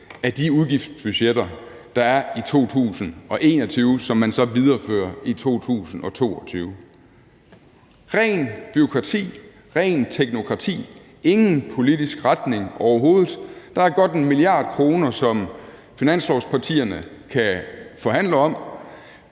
af de udgiftsbudgetter, der er i 2021, som man så viderefører i 2022. Det er ren bureaukrati, ren teknokrati, ingen politisk retning overhovedet. Der er godt en milliard kroner, som finanslovspartierne kan forhandle om